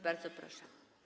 Bardzo proszę.